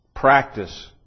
practice